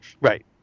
Right